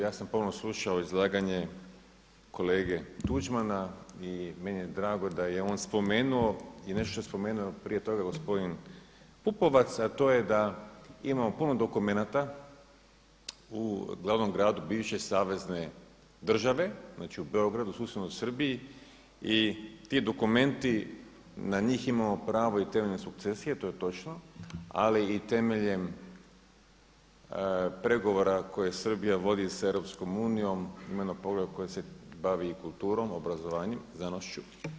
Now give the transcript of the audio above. Ja sam pomno slušao izlaganje kolege Tuđmana i meni je drago da je on spomenuo i nešto što je spomenuo prije toga gospodin Pupovac a to je da imamo puno dokumenata u glavnom gradu bivše savezne države, znači u Beogradu, susjednoj Srbiji i ti dokumenti, na njih imamo pravo i temeljem sukcesije, to je točno ali i temeljem pregovora koje Srbija vodi sa Europskom unijom, ima jedno poglavlje koje se bavi i kulturom, obrazovanjem, znanošću.